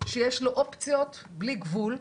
שיש לו אופציות בלי גבול,